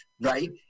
right